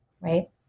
right